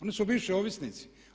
Oni su bivši ovisnici.